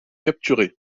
capturés